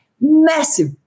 massive